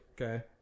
Okay